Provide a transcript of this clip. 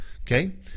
Okay